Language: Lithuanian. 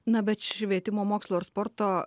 na bet švietimo mokslo ir sporto